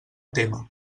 témer